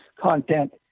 content